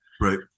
Right